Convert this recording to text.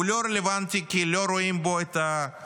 הוא לא רלוונטי כי לא רואים בו את סכום